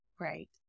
Right